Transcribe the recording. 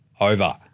over